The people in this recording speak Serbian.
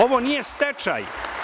Ovo nije stečaj.